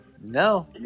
No